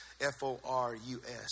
F-O-R-U-S